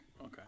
Okay